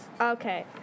Okay